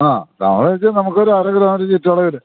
ആ എന്നുവച്ചാൽ നമുക്കൊരു അരക്കിലോമീറ്റർ ചുറ്റളവില്